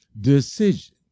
decision